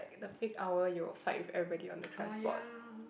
the peak hour you will fight with everybody on the transport